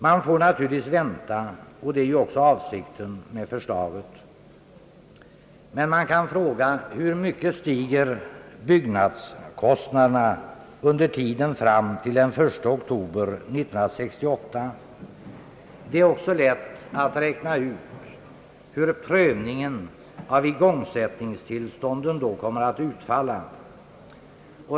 Man får naturligtvis vänta, och det är ju också avsikten med förslaget, men jag vill fråga: Hur mycket stiger byggnadskostnaderna under tiden fram till den 1 oktober 1968? Det är också lätt att räkna ut hur prövningen av igångsättningstillstånden då kommer att utfalla.